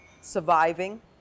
surviving